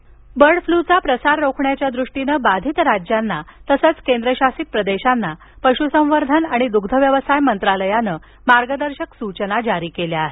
bird flu bird फ्लूचा प्रसार रोखण्याच्या दृष्टीनं बाधित राज्यांना तसंच केंद्रशासित प्रदेशांना पशुसंवर्धन आणि दुग्धव्यवसाय मंत्रालयानं मार्गदर्शक सूचना जारी केल्या आहेत